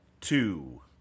two